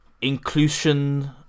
inclusion